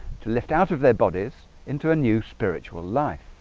to lift out of their bodies into a new spiritual life